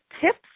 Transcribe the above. tips